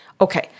Okay